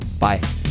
Bye